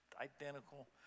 identical